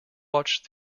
watch